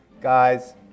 Guys